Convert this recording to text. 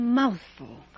mouthful